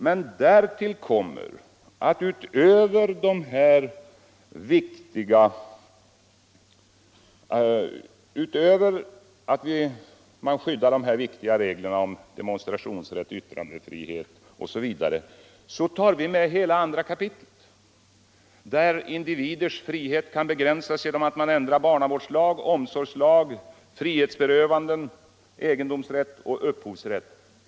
Men därtill kommer — utöver skyddet för de viktiga reglerna om demonstrationsrätt, yttrandefrihet osv. — att vi har tagit med hela kap. 2 där individers frihet kan begränsas genom att man ändrar barnavårdslag, omsorgslag, lagen om frihetsberövande, egendomsrätt och upphovsrätt.